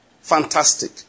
Fantastic